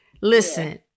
Listen